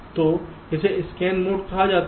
तो इसे scan mode कहा जाता है